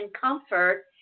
comfort